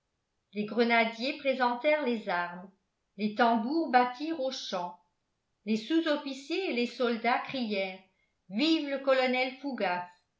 les grenadiers présentèrent les armes les tambours battirent aux champs les sous-officiers et les soldats crièrent vive le colonel fougas